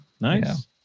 nice